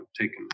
taken